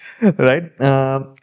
right